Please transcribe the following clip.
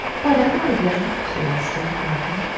what am i, then? she asked him, laughing.